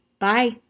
Bye